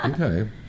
Okay